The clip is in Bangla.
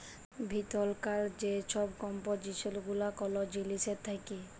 ভিতরকার যে ছব কম্পজিসল গুলা কল জিলিসের থ্যাকে